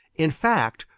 in fact,